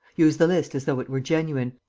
use the list as though it were genuine,